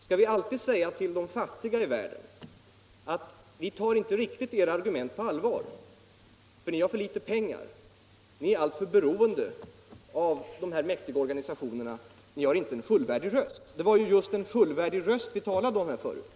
Skall vi alltid säga till de fattiga i världen: Vi tar inte era argument riktigt på allvar för ni har för litet pengar. Ni är alltför beroende av de mäktiga organisationerna, ni har inte en fullvärdig röst. Det var just en fullvärdig röst vi talade om förut.